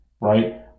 right